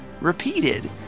repeated